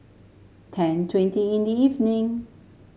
ten twenty in the evening